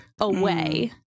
away